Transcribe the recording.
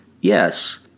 Yes